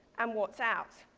um what's ours.